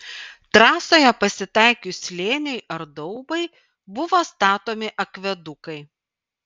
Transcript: trasoje pasitaikius slėniui ar daubai buvo statomi akvedukai